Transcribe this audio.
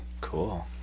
Cool